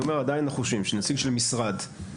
אבל אנחנו חושבים שנציג של משרד,